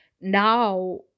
now